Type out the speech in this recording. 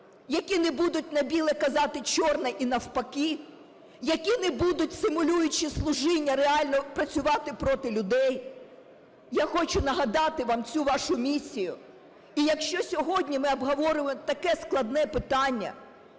які не будуть на біле казати чорне і навпаки, які не будуть, симулюючи служіння, реально працювати проти людей. Я хочу нагадати вам цю вашу місію. І, якщо сьогодні ми обговорюємо таке складне питання,